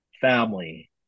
family